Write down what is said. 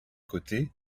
côté